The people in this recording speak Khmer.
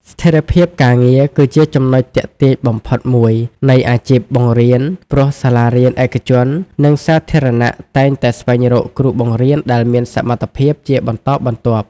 ស្ថិរភាពការងារគឺជាចំណុចទាក់ទាញបំផុតមួយនៃអាជីពបង្រៀន ព្រោះសាលារៀនឯកជន និងសាធារណៈតែងតែស្វែងរកគ្រូបង្រៀនដែលមានសមត្ថភាពជាបន្តបន្ទាប់។